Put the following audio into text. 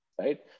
Right